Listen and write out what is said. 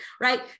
right